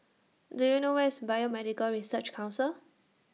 Do YOU know Where IS Biomedical Research Council